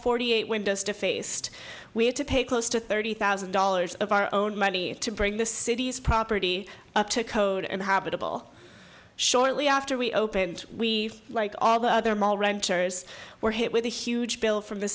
forty eight windows defaced we had to pay close to thirty thousand dollars of our own money to bring the city's property up to code and habitable shortly after we opened we like all the other mall renters were hit with a huge bill from the